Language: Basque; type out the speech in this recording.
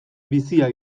bizia